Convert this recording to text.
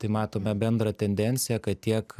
tai matome bendrą tendenciją kad tiek